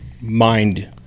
mind